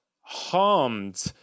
harmed